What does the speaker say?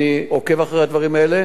אני עוקב אחרי הדברים האלה,